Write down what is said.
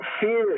Fear